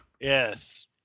Yes